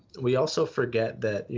we also forget that,